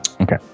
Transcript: Okay